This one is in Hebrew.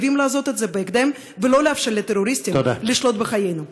וחייבים לעשות את זה בהקדם ולא לאפשר לטרוריסטים לשלוט בחיינו.